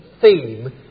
theme